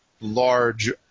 large